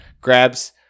Grabs